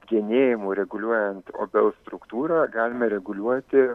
genėjimu reguliuojant obels struktūrą galime reguliuoti